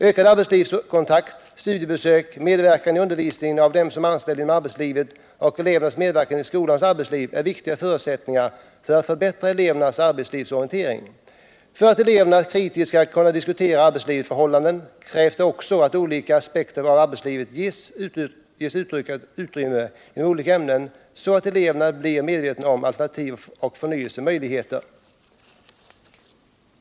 Ökad arbetslivskontakt, studiebesök, medverkan i undervisningen av dem som är anställda ute i arbetslivet samt elevernas medverkan i skolans arbetsliv är viktiga förutsättningar för att förbättra elevernas arbetslivsorientering. För att eleverna kritiskt skall kunna diskutera arbetslivets förhållanden krävs dock även att olika aspekter av arbetslivet ges ökat utrymme inom olika ämnen, så att eleverna blir medvetna om alternativ och förnyelsemöjligheter.